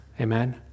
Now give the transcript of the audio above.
Amen